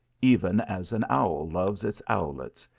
even as an owl loves its owlets,